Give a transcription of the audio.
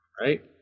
right